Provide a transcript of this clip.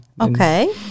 Okay